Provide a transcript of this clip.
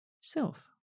self